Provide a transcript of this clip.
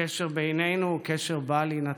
הקשר בינינו הוא קשר בל יינתק.